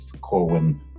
Corwin